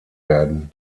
werden